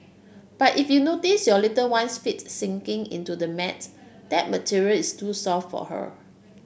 but if you notice your little one's feet's sinking into the mat that material is too soft for her